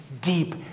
deep